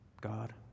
God